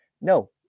No